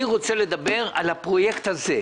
אני רוצה לדבר על הפרויקט הזה.